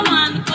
one